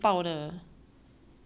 ya 它整天找 mummy 抱